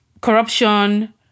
corruption